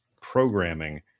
programming